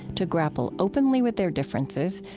to grapple openly with their differences,